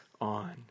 on